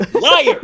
liar